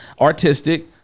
artistic